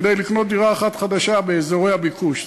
כדי לקנות דירה אחת חדשה באזורי הביקוש,